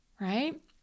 right